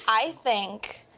i think,